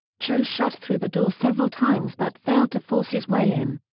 cho shot through the door several times but failed to force his way in.